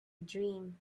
dream